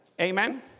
Amen